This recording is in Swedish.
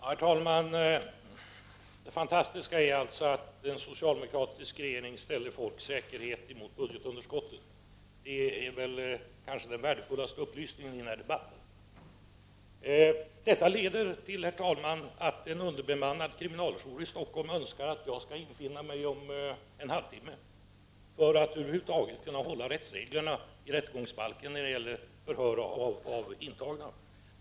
Herr talman! Det fantastiska är att en socialdemokratisk regering ställer folks säkerhet mot budgetunderskottet. Det är väl den kanske värdefullaste upplysningen i den här debatten. Detta leder till att en underbemannad kriminaljour i Stockholm önskar att jag skall infinna mig om en halvtimme för att man över huvud taget skall kunna följa rättegångsbalkens regler om förhör av intagna.